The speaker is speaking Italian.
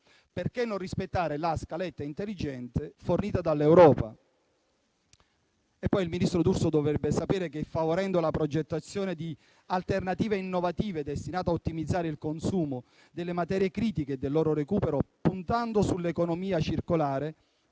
Perché non rispettare la scaletta intelligente fornita dall'Europa?